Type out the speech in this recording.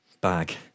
Bag